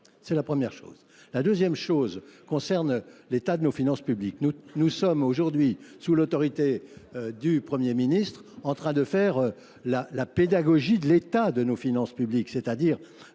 C'est la première chose. La deuxième chose concerne l'état de nos finances publiques. Nous sommes aujourd'hui, sous l'autorité du Premier ministre, en train de faire la pédagogie de l'état de nos finances publiques, c'est-à-dire